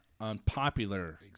unpopular